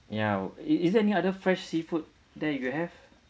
ya is is there any other fresh seafood that you have